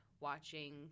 watching